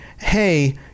hey